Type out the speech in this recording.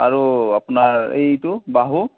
আৰু আপোনাৰ এইটো বাহু